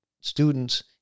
students